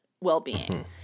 well-being